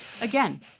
again